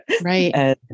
Right